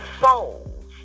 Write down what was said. souls